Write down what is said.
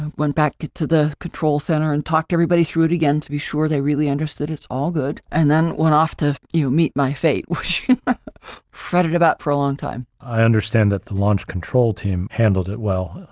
went back to to the control center and talk everybody through it again, to be sure they really understood it's all good, and then went off to you meet my fate, which i fretted about for a long time. i understand that the launch control team handled it well.